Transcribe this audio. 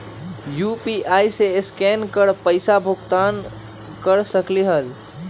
UPI से scan कर पईसा भुगतान कर सकलीहल?